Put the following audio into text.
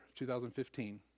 2015